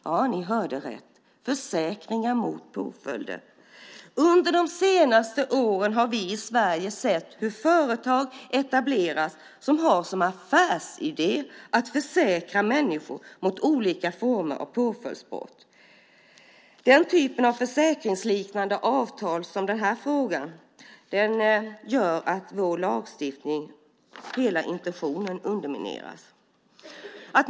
Ja, ni hörde rätt: försäkringar mot påföljder. Under de senaste åren har vi i Sverige sett hur företag har etablerats som har som affärsidé att försäkra människor mot olika former av påföljder av brott. Den typ av försäkringsliknande avtal som det här är fråga om gör att hela intentionen med vår lagstiftning undermineras.